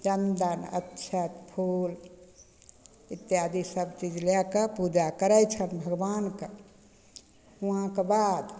चन्दन अच्छत फूल इत्यादि सबचीज लए कऽ पूजा करय छथिन भगवानके हुँवाके बाद